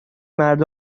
مرد